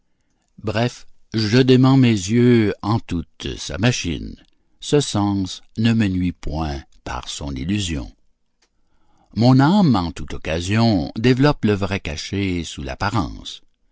bref je démens mes yeux en toute sa machine ce sens ne me nuit point par son illusion mon âme en toute occasion développe le vrai caché sous l'apparence